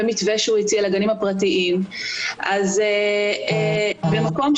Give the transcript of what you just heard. וגם בתקופת הסגר הקודם ולפניו - אגף מעונות יום הוא